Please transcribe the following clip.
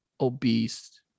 obese